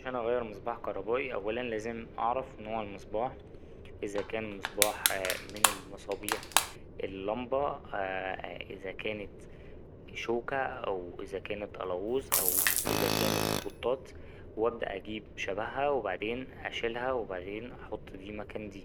عشان أغير مصباح كهربائي أولا لازم أعرف نوع المصباح إذا كان مصباح من المصابيح اللمبه إذا كانت شوكة أو إذا كانت ألاووظ أو إذا كانت أسبوطات وأبدأ أجيب شبهها وبعدين أشيلها وبعدين أحط دي مكان دي.